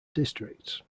districts